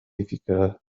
فكرة